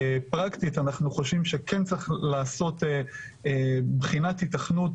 פרקטית אנחנו חושבים שכן צריך לעשות בחינת היתכנות